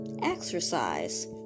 exercise